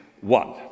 one